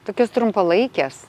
tokios trumpalaikės